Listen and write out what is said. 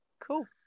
Cool